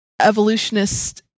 evolutionists